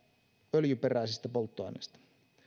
öljyperäisistä polttoaineista